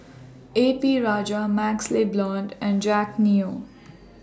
A P Rajah MaxLe Blond and Jack Neo